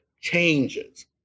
changes